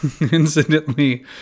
incidentally